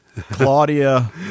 claudia